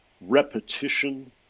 repetition